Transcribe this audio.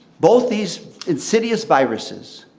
both these insidious viruses,